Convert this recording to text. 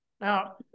Now